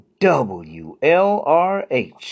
WLRH